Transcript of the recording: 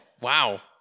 Wow